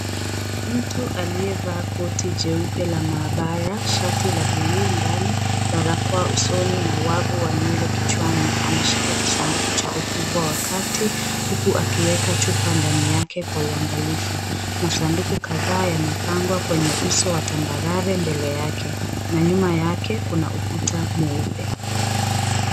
Mtu aliyevaa koti jeupe la maabara, shati la buluu ndani, barakoa usoni na wavu wa nywele kichwani, anashika kisanduku cha ukubwa wa kati huku akiweka chupa ndani yake kwa uangalifu. Masanduku kadhaa yamepangwa kwenye uso wa tambarare mbele yake. Na nyuma yake kuna ukuta mweupe.